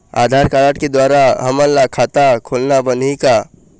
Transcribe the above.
आधार card के द्वारा हमन ला खाता खोलत बनही का?